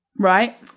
Right